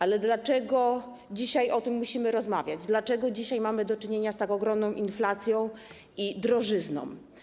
Ale dlaczego dzisiaj o tym musimy rozmawiać, dlaczego dzisiaj mamy do czynienia z tak ogromną inflacją i drożyzną?